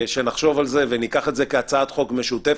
שנחשוב על זה וניקח את זה כהצעת חוק משותפת,